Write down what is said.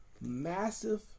massive